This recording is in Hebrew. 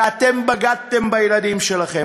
ואתם בגדתם בילדים שלכם.